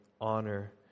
honor